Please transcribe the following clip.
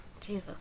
Jesus